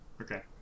Okay